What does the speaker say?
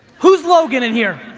who's logan in here?